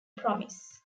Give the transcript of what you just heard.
promise